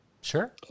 Sure